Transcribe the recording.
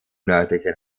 nördlichen